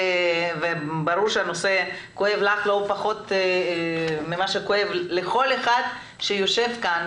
ברור שהנושא כואב לך לא פחות ממה שכואב לכל אחד שיושב כאן,